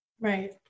Right